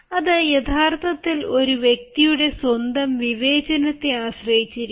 അത് യഥാർത്ഥത്തിൽ ഒരു വ്യക്തിയുടെ സ്വന്തം വിവേചനത്തെ ആശ്രയിച്ചിരിക്കുന്നു